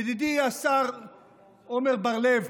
ידידי השר עמר בר לב,